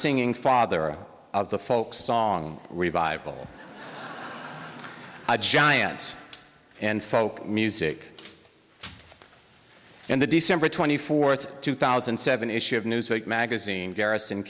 singing father of the folk song revival giants and folk music and the december twenty fourth two thousand and seven issue of newsweek magazine garrison